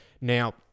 Now